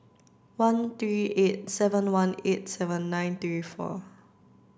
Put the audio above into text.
one three eight seven one eight seven nine three four